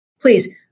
Please